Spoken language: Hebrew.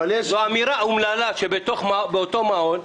זו אמירה אומללה שבאותו המעון,